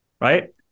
right